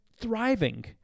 Thriving